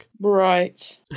Right